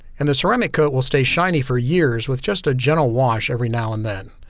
and the ceramic coat will stay shiny for years with just a gentle wash every now and then.